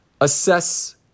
Assess